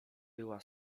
była